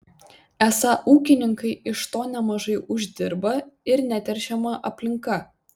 esą ūkininkai iš to nemažai uždirba ir neteršiama aplinka